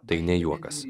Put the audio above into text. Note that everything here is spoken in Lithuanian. tai ne juokas